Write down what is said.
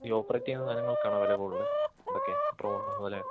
ഈ ഓപ്പറേറ്റ് ചെയ്യുന്ന സാധനങ്ങൾക്കാണോ വില കൂടുതൽ അതൊക്കെ ഡ്രോണ് പോലെ